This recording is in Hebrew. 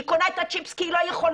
היא קונה את הצ'יפס כי היא לא יכולה.